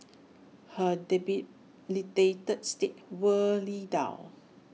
her debilitated state wore lee down